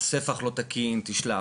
הספח לא תקין - תשלח,